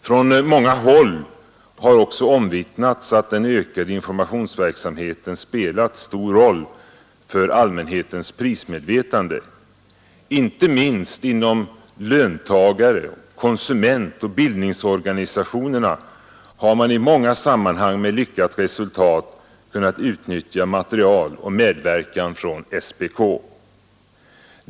Från många håll har också omvittnats att den ökade informationsverksamheten spelat stor roll för allmänhetens prismedvetande. Inte minst inom löntagar-, konsumentoch bildningsorganisationerna har man i många sammanhang med lyckat resultat kunnat utnyttja material och medverkan från SPK.